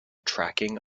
tracking